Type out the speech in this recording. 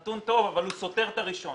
נתון טוב אבל הוא סותר את הראשון.